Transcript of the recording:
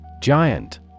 Giant